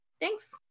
Thanks